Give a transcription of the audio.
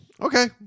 Okay